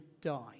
die